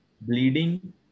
bleeding